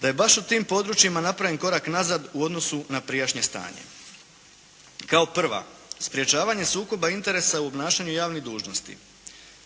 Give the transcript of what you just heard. da je baš u tim područjima napravljen korak nazad u odnosu na prijašnje stanje. Kao prva, sprječavanje sukoba interesa u obnašanju javnih dužnosti.